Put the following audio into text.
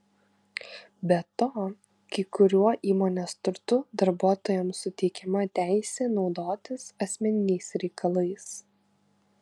be to kai kuriuo įmonės turtu darbuotojams suteikiama teisė naudotis asmeniniais reikalais